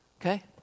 okay